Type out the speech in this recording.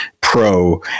pro